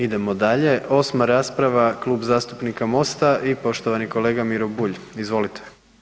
Idemo dalje, osma rasprava, Klub zastupnika Mosta i poštovani kolega Miro Bulj, izvolite.